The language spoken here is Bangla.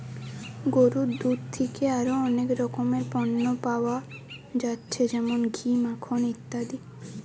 গরুর দুধ থিকে আরো অনেক রকমের পণ্য পায়া যাচ্ছে যেমন ঘি, মাখন ইত্যাদি